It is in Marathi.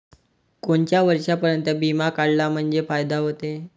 कोनच्या वर्षापर्यंत बिमा काढला म्हंजे फायदा व्हते?